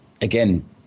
again